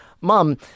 Mom